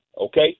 okay